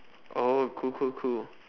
oh cool cool cool